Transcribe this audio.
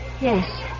Yes